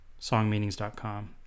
songmeanings.com